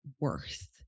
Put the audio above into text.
worth